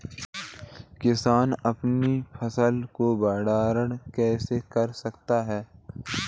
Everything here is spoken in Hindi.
किसान अपनी फसल का भंडारण कैसे कर सकते हैं?